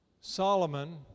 Solomon